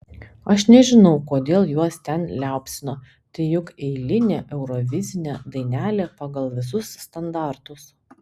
aš nežinau kodėl juos ten liaupsino tai juk eilinė eurovizinė dainelė pagal visus standartus